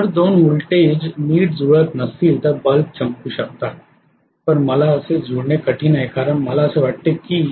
जर दोन व्होल्टेज नीट जुळत नसतील तर बल्ब चमकू शकतात पण मला असे जुळणे कठीण आहे कारण मला असे वाटते की